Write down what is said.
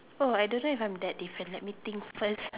oh I don't know if I am that different let me think first